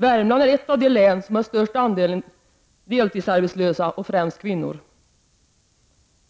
Värmland är ett av de län som har största andelen deltidsarbetslösa, främst kvinnor.